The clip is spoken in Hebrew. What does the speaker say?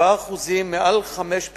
7% יותר מחמש פעמים.